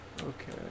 Okay